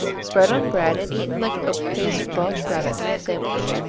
spread on bread and eaten like an open-faced welsh rabbit sandwich.